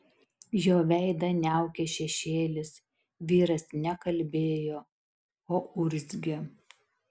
jo veidą niaukė šešėlis vyras ne kalbėjo o urzgė